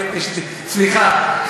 סליחה,